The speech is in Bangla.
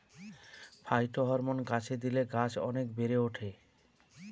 ফাইটোহরমোন গাছে দিলে গাছ অনেক বেড়ে ওঠে